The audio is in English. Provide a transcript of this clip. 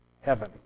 heaven